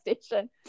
station